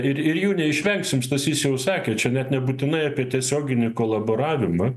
ir ir jų neišvengsim stasys jau sakė čia net nebūtinai apie tiesioginį kolaboravimą